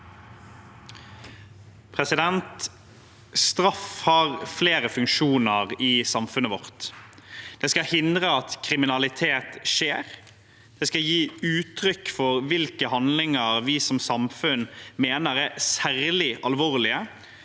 Straff har flere funksjoner i samfunnet vårt. Det skal hindre at kriminalitet skjer, det skal gi uttrykk for hvilke handlinger vi som samfunn mener er særlig alvorlige,